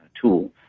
tool